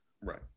right